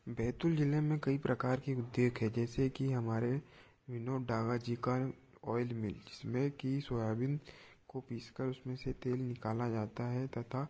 बैतूल ज़िले में कई प्रकार की उद्योग हैं जैसे कि हमारे विनोद डागा जी का ऑइल मिल इसमें कि सोयाबीन को पीस कर उसमें से तेल निकाला जाता है तथा